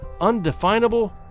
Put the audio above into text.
undefinable